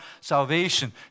salvation